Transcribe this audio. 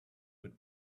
would